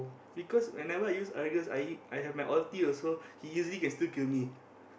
because whenever I use Argus I I have my ulti also he easily can still kill me